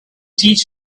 teach